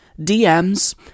DMs